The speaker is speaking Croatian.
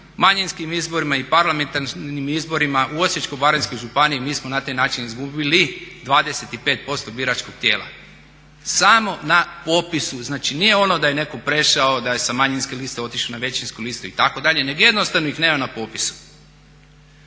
manjinskim izborima i parlamentarnim izborima u Osječko-baranjskoj županiji mi smo na taj način izgubili 25% biračkog tijela, samo na popisu, znači nije ono da je netko prešao, da je sa manjinske liste otišao na većinsku listu itd. nego jednostavno ih nema na popisu.